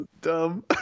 Dumb